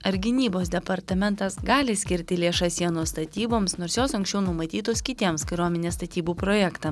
ar gynybos departamentas gali skirti lėšas sienos statyboms nors jos anksčiau numatytos kitiems kariuomenės statybų projektam